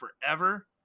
forever